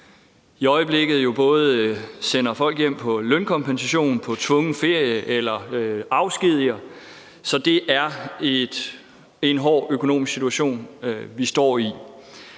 i øjeblikket både sender folk hjem på lønkompensation, på tvungen ferie eller afskediger dem. Så det er en hård økonomisk situation, vi står i.